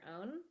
own